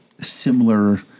similar